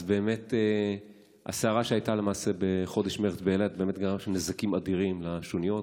הסערה שהייתה למעשה בחודש מרץ באילת באמת גרמה שם נזקים אדירים לשוניות.